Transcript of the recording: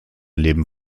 leben